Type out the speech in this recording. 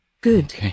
Good